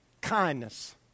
kindness